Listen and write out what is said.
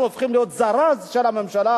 אנחנו הופכים להיות זרז של הממשלה.